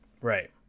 right